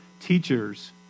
teachers